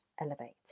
elevate